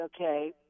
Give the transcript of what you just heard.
okay